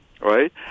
Right